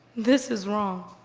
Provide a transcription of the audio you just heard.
this is wrong.